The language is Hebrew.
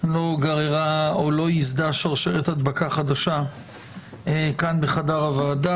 לא גררה או לא ייסדה שרשרת הדבקה חדשה כאן בחדר הוועדה.